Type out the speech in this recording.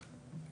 כנגד הגבר.